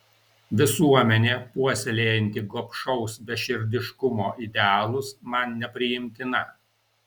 visuomenė puoselėjanti gobšaus beširdiškumo idealus man nepriimtina